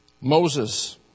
Moses